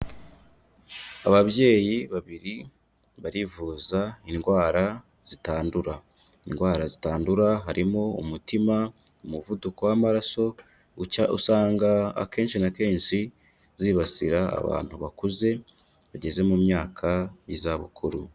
Ababyeyi babiri barivuza indwara zitandura, indwara zitandura harimo umutima, umuvuduko w'amaraso, ucya usanga akenshi na kenshi zibasira abantu bakuze, bageze mu myaka y'izabukuru.